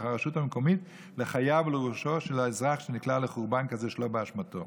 הרשות המקומיות לחייו ולראשו של אזרח שנקלע לחורבן כזה שלא באשמתו?